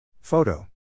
Photo